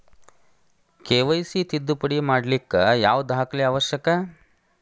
KYC ತಿದ್ದುಪಡಿ ಮಾಡ್ಲಿಕ್ಕೆ ಯಾವ ದಾಖಲೆ ಅವಶ್ಯಕ?